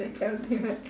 that kind of thing right